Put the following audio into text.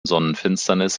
sonnenfinsternis